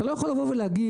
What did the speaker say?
אי אפשר לבוא ולהגיד,